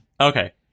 okay